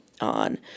on